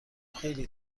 خیلی